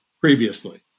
previously